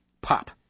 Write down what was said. pop